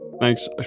Thanks